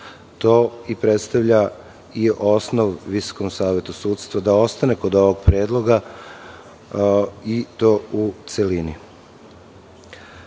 To predstavlja i osnov Visokom savetu sudstva da ostane kod ovog predloga i to u celini. Neću